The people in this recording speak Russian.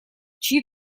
чьи